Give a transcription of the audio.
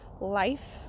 life